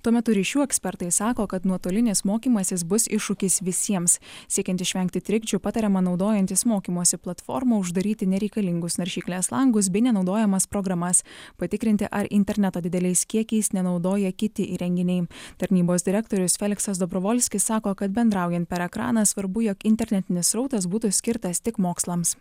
tuo metu ryšių ekspertai sako kad nuotolinis mokymasis bus iššūkis visiems siekiant išvengti trikdžių patariama naudojantis mokymosi platforma uždaryti nereikalingus naršyklės langus bei nenaudojamas programas patikrinti ar interneto dideliais kiekiais nenaudoja kiti įrenginiai tarnybos direktorius feliksas dobrovolskis sako kad bendraujant per ekraną svarbu jog internetinis srautas būtų skirtas tik mokslams